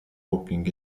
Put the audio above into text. walking